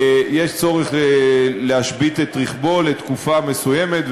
יש צורך להשבית את רכבו לתקופה מסוימת,